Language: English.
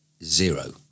Zero